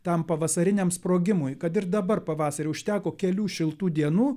tam pavasariniam sprogimui kad ir dabar pavasarį užteko kelių šiltų dienų